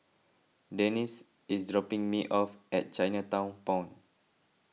Denice is dropping me off at Chinatown Point